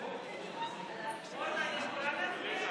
אני מצביעה מכאן?